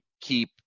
keep –